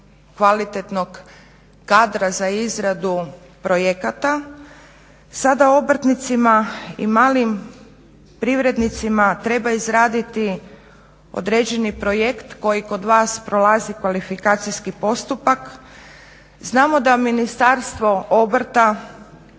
kvalitetnog kadra za izradu projekata. Sada obrtnicima i malim privrednicima treba izraditi određeni projekt koji kod vas prolazi kvalifikacijski postupak. Znamo da Ministarstvo obrta,